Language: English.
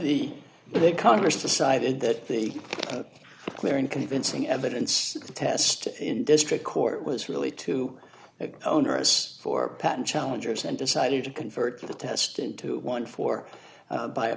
the congress decided that the clear and convincing evidence test in district court was really too onerous for patent challengers and decided to convert the test into one for by a